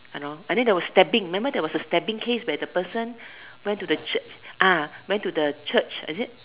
I know and then there was stabbing remember there was a stabbing case where the person went to the Church ah went to the Church is it